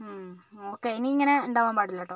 okay ഇനിയിങ്ങനെ ഉണ്ടാകാൻ പാടില്ല കേട്ടോ